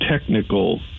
technical